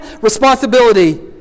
responsibility